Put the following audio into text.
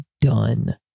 done